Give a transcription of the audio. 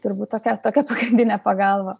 turbūt tokia tokia pagrindinė pagalba